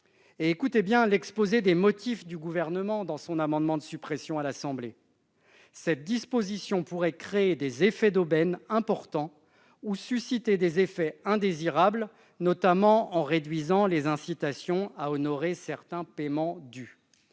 Écoutez bien l'exposé des motifs de l'amendement de suppression déposé par le Gouvernement à l'Assemblée nationale :« Cette disposition pourrait créer des effets d'aubaine importants ou susciter des effets indésirables, notamment en réduisant les incitations à honorer certains paiements dus.